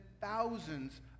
thousands